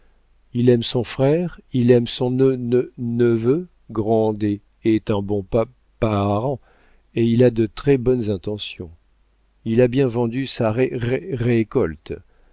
il aime son frère il aime son ne ne neveu grandet est un bon pa pa parent et il a de très-bonnes intentions il a bien vendu sa